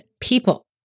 people